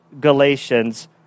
Galatians